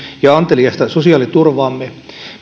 ja anteliasta sosiaaliturvaamme meidän